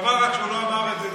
חבל רק שהוא לא אמר את זה,